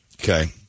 Okay